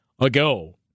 ago